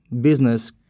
business